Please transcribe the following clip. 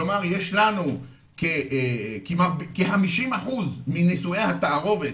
כלומר אם יש לנו כ-50 אחוז מנשואי התערובת,